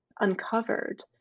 uncovered